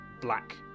black